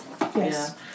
Yes